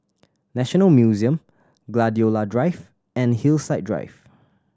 National Museum Gladiola Drive and Hillside Drive